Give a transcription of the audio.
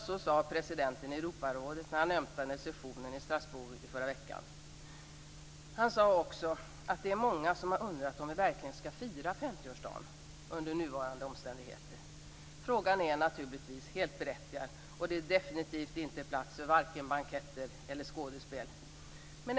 Så sade presidenten i Europarådet när han förra veckan öppnade sessionen i Strasbourg. Han sade också att det är många som har undrat om vi under nuvarande omständigheter verkligen skall fira 50-årsdagen. Frågan är naturligtvis helt berättigad. Det finns definitivt inte plats för vare sig banketter eller skådespel.